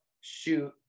shoot